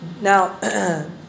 Now